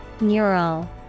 Neural